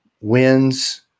wins